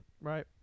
Right